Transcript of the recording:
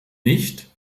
nicht